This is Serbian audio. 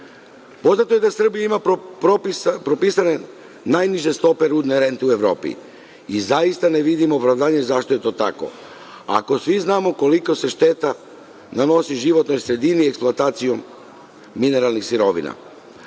rente. Poznato je da Srbija ima propisane najniže stope rudne rente u Evropi i zaista ne vidim opravdanje zašto je to tako, ako svi znamo kolika se šteta nanosi životnoj sredini eksploatacijom mineralnih sirovina.